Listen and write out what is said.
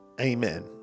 Amen